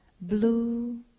blue